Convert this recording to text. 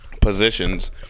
positions